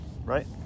right